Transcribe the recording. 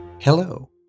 Hello